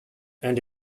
and